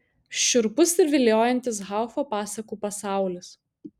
šiurpus ir viliojantis haufo pasakų pasaulis